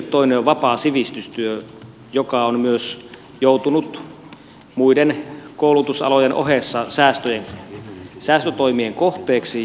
toinen on vapaa sivistystyö joka on myös joutunut muiden koulutusalojen ohessa säästötoimien kohteeksi